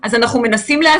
למה הכול או כלום?